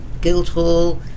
Guildhall